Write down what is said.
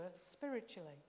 spiritually